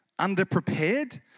underprepared